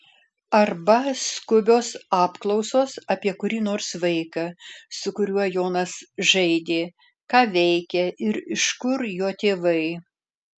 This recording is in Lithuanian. arba skubios apklausos apie kurį nors vaiką su kuriuo jonas žaidė ką veikia ir iš kur jo tėvai